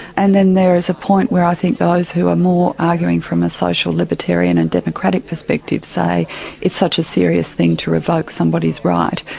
and then there is a point where i think those who are more arguing from a social libertarian and democratic perspective say it's such a serious thing to revoke somebody's right,